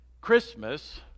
Christmas